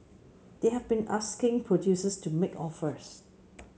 they have been asking producers to make offers